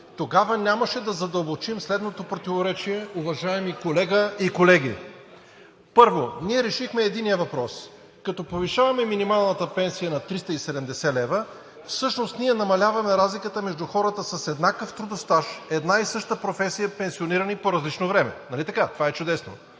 тогава нямаше да задълбочим следното противоречие, уважаеми колега и колеги. Първо решихме единия въпрос, като повишаваме минималната пенсия на 370 лв., а всъщност ние намаляваме разликата между хората с еднакъв трудов стаж, с една и съща професия, пенсионирани по различно време, нали това е чудесно?